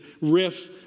riff